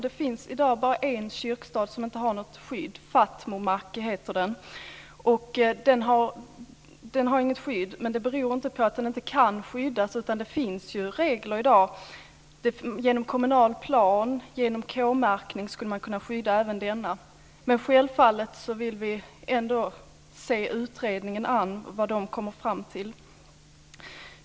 Det finns i dag bara en kyrkstad som inte har något skydd, och den heter Fatmomakke. Den har inget skydd, men det beror inte på att den inte kan skyddas. Det finns regler, och genom kommunal plan och K-märkning skulle man kunna skydda även denna. Självfallet vill vi se utredningen an och vad den kommer fram till.